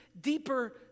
deeper